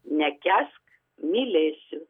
nekęsk mylėsiu